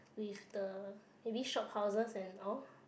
with the maybe shophouses and all